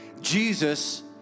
Jesus